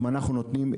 אם אנחנו נותנים,